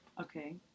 Okay